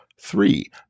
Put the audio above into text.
Three